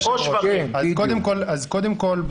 אז קודם כול,